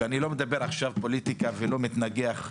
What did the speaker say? ואני לא מדבר עכשיו פוליטיקה ולא מתנגח,